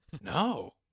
No